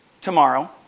tomorrow